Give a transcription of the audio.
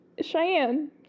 Cheyenne